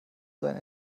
seine